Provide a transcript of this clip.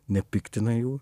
nepiktina jų